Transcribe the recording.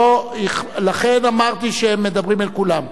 לכן אמרתי שמדברים אל כולם.